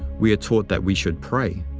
we are taught that we should pray.